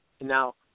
Now